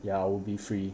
ya I will be free